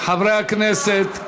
חברי הכנסת,